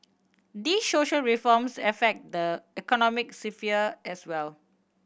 these social reforms affect the economic sphere as well